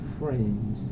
friends